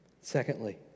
Secondly